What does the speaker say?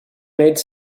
made